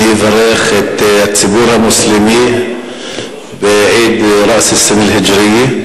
אני אברך את הציבור המוסלמי בעיד ראס-אל-סנה אל-הג'ריה,